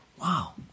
Wow